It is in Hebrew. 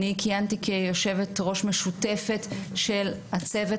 אני קיימתי כיושבת ראש משותפת של הצוות